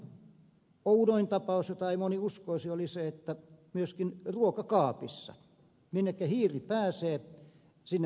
kaikkein oudoin tapaus jota ei moni uskoisi oli se että myöskin ruokakaapissa oli kyy minnekä hiiri pääsee sinne pääsee kyykin